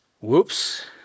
whoops